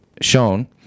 shown